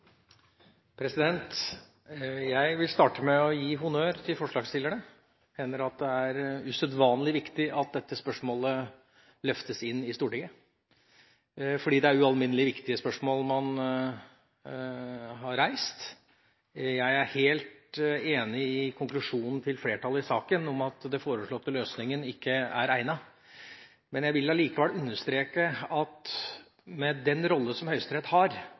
Jeg vil starte med å gi honnør til forslagsstillerne. Jeg mener det er usedvanlig viktig at dette spørsmålet løftes inn i Stortinget, for det er ualminnelig viktige spørsmål man har reist. Jeg er helt enig i konklusjonen til flertallet i saken, nemlig at den foreslåtte løsningen ikke er egnet. Jeg vil likevel understreke at med den rolle som Høyesterett har,